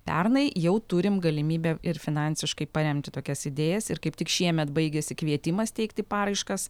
pernai jau turim galimybę ir finansiškai paremti tokias idėjas ir kaip tik šiemet baigiasi kvietimas teikti paraiškas